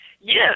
Yes